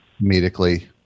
Medically